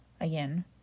Again